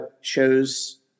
shows